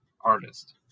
artist